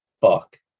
fuck